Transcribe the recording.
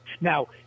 now